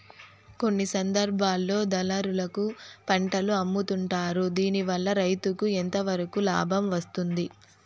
కొన్ని సందర్భాల్లో దళారులకు పంటలు అమ్ముతుంటారు దీనివల్ల రైతుకు ఎంతవరకు లాభం వస్తుంది?